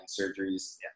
surgeries